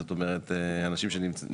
זאת אומרת אנשים שנמצאים.